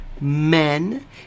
Men